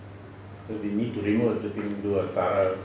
we need remove everything do a thorough